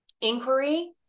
inquiry